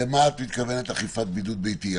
למה את מתכוונת אכיפת בידוד ביתי?